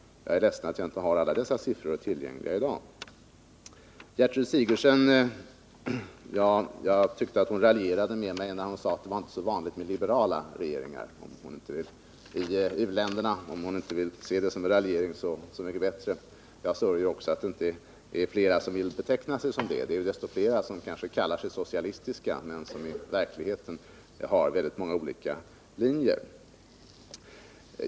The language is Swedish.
Jag är ledsen att jag inte har alla dessa siffror tillgängliga i dag. Jag tycker att Gertrud Sigurdsen raljerade med mig när hon sade att det inte varså vanligt med liberala regeringar i u-länderna. Om hon inte vill se det som raljeri är det så mycket bättre. Jag sörjer också att det inte är flera som vill beteckna sig liberala. Det är ju desto flera som kallar sig socialistiska men som i verkligheten har väldigt många olika linjer.